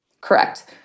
Correct